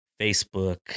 Facebook